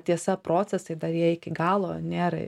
tiesa procesai dar jie iki galo nėra